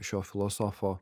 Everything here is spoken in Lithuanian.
šio filosofo